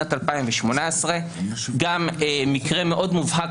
בשנת 2018. מקרה מאוד מובהק,